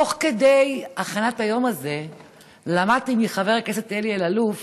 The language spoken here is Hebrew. תוך כדי הכנת היום הזה למדתי מחבר הכנסת אלי אלאלוף